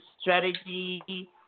strategy